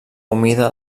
humida